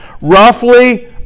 Roughly